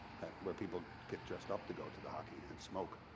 where people get dressed up to go to the hockey and smoke